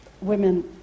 women